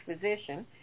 physician